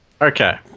okay